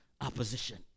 opposition